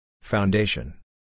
Foundation